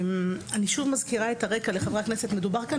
אני שוב מזכירה את הרקע לחברי הכנסת: מדובר כאן